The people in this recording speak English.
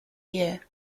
year